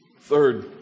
Third